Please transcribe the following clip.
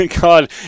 God